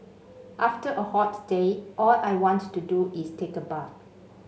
after a hot day all I want to do is take a bath